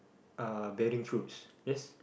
uh bearing fruits yes